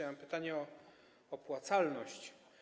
Ja mam pytanie o opłacalność.